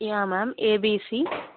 yeah ma'am abc